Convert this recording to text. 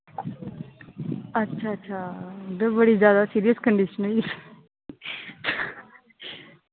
अच्छा अच्छा ते बड़ी ज्यादा सीरियस कंडीशन होई